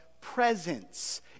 presence